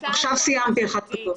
עכשיו סיימתי אחת כזאת.